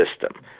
system